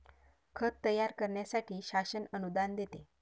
खत तयार करण्यासाठी शासन अनुदान देते